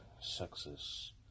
success